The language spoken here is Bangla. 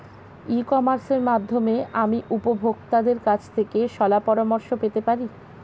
ই কমার্সের মাধ্যমে আমি উপভোগতাদের কাছ থেকে শলাপরামর্শ পেতে পারি?